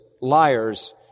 liars